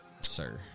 Sir